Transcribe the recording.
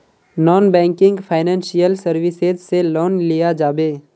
Non banking financial services से loan लिया जाबे?